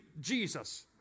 Jesus